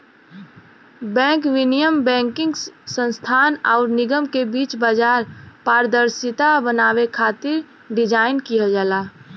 bank विनियम banking संस्थान आउर निगम के बीच बाजार पारदर्शिता बनावे खातिर डिज़ाइन किहल जाला